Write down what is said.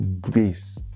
grace